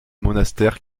monastère